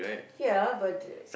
ya but